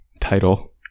title